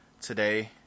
today